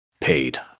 paid